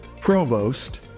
provost